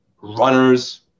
runners